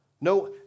No